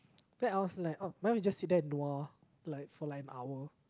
then I was like oh now you just sit there and nua like for like an hour